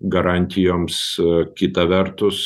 garantijoms kita vertus